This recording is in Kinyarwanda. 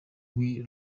w’i